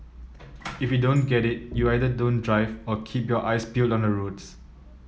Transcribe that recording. if you don't get it you either don't drive or keep your eyes peeled on the roads